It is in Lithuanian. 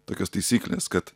tokios taisyklės kad